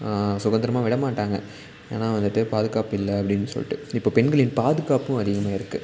சுதந்திரமா விடமாட்டாங்க ஏன்னா வந்துட்டு பாதுகாப்பு இல்லை அப்படின்னு சொல்லிட்டு இப்போ பெண்களின் பாதுகாப்பும் அதிகமாகியிருக்கு